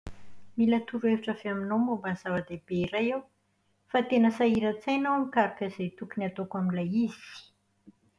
Mila torohevitra avy aminao momba ny ava-dehibe iray aho. Fa tena sahiran-tsaina aho mikaroka izay tokony ataoko amin'ilay izy.